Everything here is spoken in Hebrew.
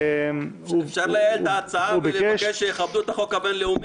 אפשר לייעל את ההצעה ולבקש שיכבדו את החוק הבין-לאומי?